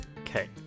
Okay